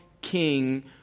king